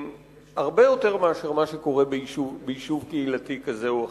הרבה יותר גדולה ממה שקורה ביישוב קהילתי כזה או אחר,